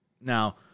now